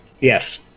Yes